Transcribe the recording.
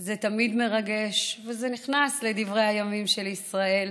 זה תמיד מרגש ונכנס לדברי הימים של ישראל.